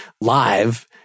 live